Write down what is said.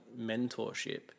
mentorship